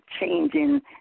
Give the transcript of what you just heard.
changing